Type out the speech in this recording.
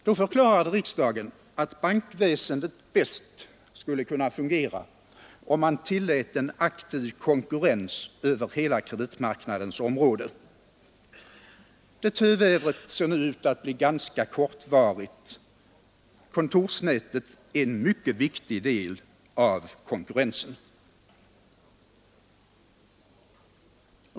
Då förklarade riksdagen att bankväsendet bäst skulle kunna fungera, om man tillät en aktiv konkurrens över hela kreditmarknadens område. Det tövädret ser nu ut att bli ganska kortvarigt — kontorsnätet är en mycket viktig del av konkurrensen.